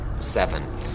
Seven